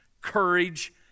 courage